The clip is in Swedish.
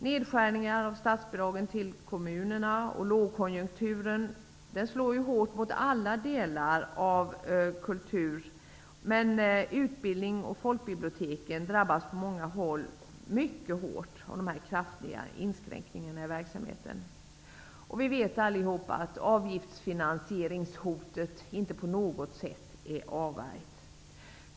Nedskärningar av statsbidragen till kommunerna och lågkonjunkturen slår hårt mot alla delar av kulturen, men utbildningen och folkbiblioteken drabbas på många håll mycket hårt av dessa kraftiga inskränkningar i verksamheten. Vi vet alla att avgiftsfinansieringshotet inte på något sätt är avvärjt.